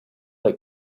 like